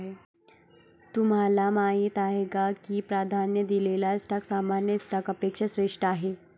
तुम्हाला माहीत आहे का की प्राधान्य दिलेला स्टॉक सामान्य स्टॉकपेक्षा श्रेष्ठ आहे?